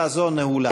מיקי לוי ואיציק שמולי